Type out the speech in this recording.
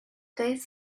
both